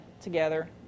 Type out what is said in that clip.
together